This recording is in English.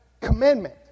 commandment